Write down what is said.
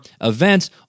events